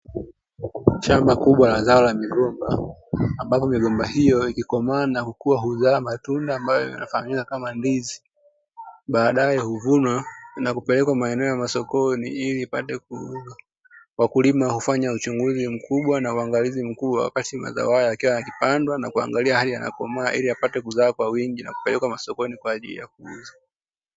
Shamba kubwa la zao la migomba, ambalo migomba hiyo ikikomaa na kukua huzaa matunda kama ndizi. Baadaye huvunwa na kupelekwa maeneo ya masokoni ili ipate kuuzwa. Wakulima hufanya uchunguzi mkubwa na uangalizi mkuu wakati mazao yakiwa yakipandwa na kuangalia hali yanavyokomaa ili apate kuzaa kwa wingi kama sokoni kwa ajili ya kuuza.